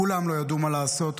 כולם לא ידעו מה לעשות,